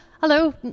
hello